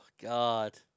God